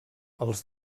els